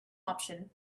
option